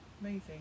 amazing